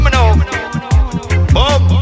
Boom